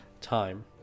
time